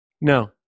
no